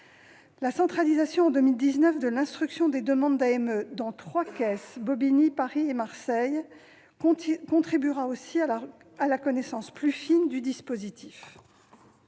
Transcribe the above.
La centralisation, en 2019, de l'instruction des demandes d'AME dans trois caisses- celles de Bobigny, de Paris et de Marseille -contribuera aussi à la connaissance plus fine du dispositif.